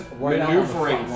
maneuvering